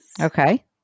Okay